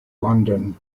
london